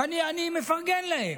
ואני מפרגן להם.